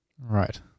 Right